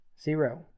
zero